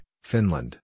Finland